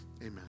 amen